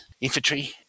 infantry